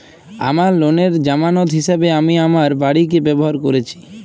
আমার লোনের জামানত হিসেবে আমি আমার বাড়িকে ব্যবহার করেছি